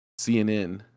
CNN